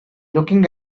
looking